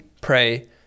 pray